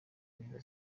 neza